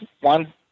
one